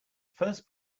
first